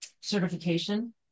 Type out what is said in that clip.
certification